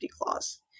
clause